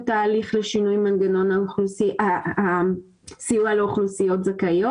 את ההליך לשינוי מנגנון הסיוע לאוכלוסיות זכאיות.